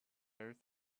earth